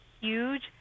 huge